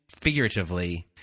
figuratively